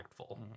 impactful